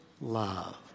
love